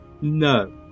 No